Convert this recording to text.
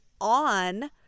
on